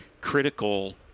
critical